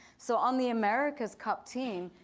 so on the america's cup team,